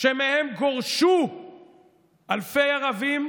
שמהם גורשו אלפי ערבים,